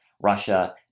Russia